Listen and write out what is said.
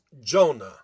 Jonah